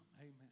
Amen